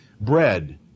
Bread